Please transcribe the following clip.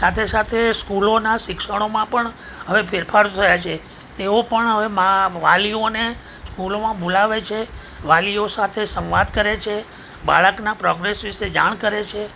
સાથે સાથે સ્કૂલોનાં શિક્ષણોમાં પણ હવે ફેરફાર થયા છે તેઓ પણ હવે મા વાલીઓને સ્કૂલોમાં બોલાવે છે વાલીઓ સાથે સંવાદ કરે છે બાળકનાં પ્રોગ્રેસ વિશે જાણ કરે છે